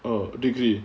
oh degree